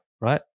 right